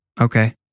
okay